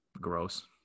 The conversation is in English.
Gross